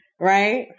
Right